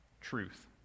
truth